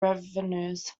revenues